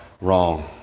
wrong